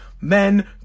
Men